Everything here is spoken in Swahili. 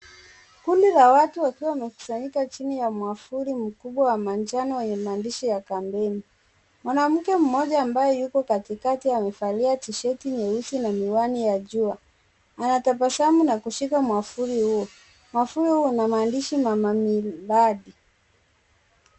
Kundi la watu wakiwa wamekusanyika chini ya mwavuli mkubwa wa manjano wenye maandishi ya kampeni. Mwanamke mmoja ambaye yuko katikati amevalia tisheti nyeusi na miwani ya jua. Anatabasamu na kushika mwavuli huo. Mwavuli una maandishi na maridadi.